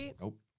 nope